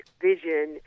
vision